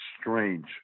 strange